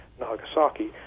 Nagasaki